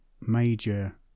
major